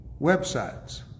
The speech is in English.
websites